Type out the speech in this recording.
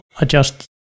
adjust